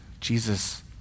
Jesus